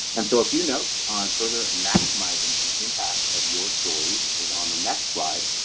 and so a few notes on further maximizing the impact of your stories is on the next slide.